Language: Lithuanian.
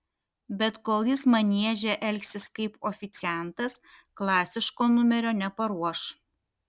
bet kol jis manieže elgsis kaip oficiantas klasiško numerio neparuoš